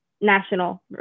national